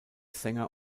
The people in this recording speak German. sänger